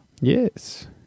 Yes